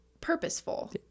purposeful